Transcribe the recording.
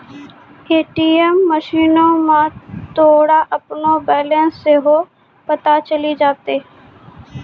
ATM मशीनो मे तोरा अपनो बैलेंस सेहो पता चलि जैतै